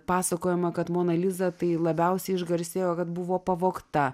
pasakojama kad mona liza tai labiausiai išgarsėjo kad buvo pavogta